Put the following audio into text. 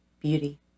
Beauty